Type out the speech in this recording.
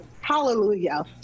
hallelujah